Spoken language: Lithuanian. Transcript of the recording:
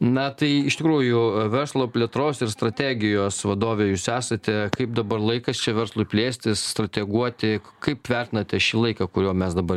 na tai iš tikrųjų verslo plėtros ir strategijos vadovė jūs esate kaip dabar laikas čia verslui plėstis strateguoti kaip vertinate šį laiką kuriuo mes dabar